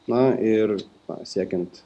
na ir siekiant